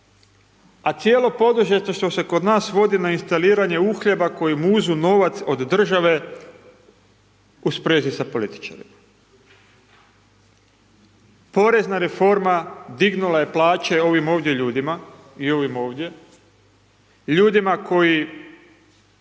a cijelo područje što se kod nas svodi na instaliranje uhljeba koji muzu novac od države, u sprezi sa političarima. Porezna reforma dignula je plaće ovim ovdje ljudima i ovim ovdje, ljudima koji